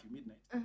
Midnight